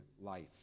Life